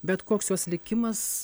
bet koks jos likimas